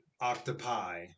Octopi